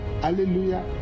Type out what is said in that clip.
Hallelujah